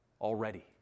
Already